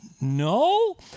No